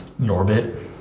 Norbit